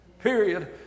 period